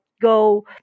go